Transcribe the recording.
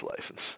license